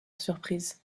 surprise